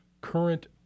current